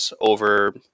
over